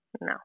No